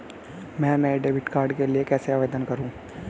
मैं नए debit card के लिए कैसे आवेदन करूं?